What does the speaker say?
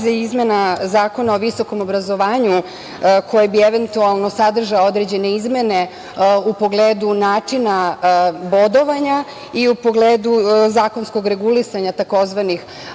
izmena Zakona o visokom obrazovanju, koji bi eventualno sadržao određene izmene u pogledu načina bodovanja i u pogledu zakonskog regulisanja tzv.